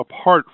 apart